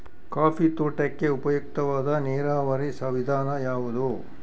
Coffee ತೋಟಕ್ಕೆ ಉಪಯುಕ್ತವಾದ ನೇರಾವರಿ ವಿಧಾನ ಯಾವುದು?